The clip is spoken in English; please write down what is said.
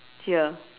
here